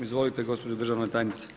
Izvolite gospođo državna tajnice.